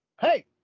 Hey